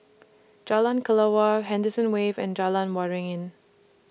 Jalan Kelawar Henderson Wave and Jalan Waringin